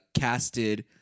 Casted